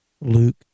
luke